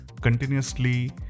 continuously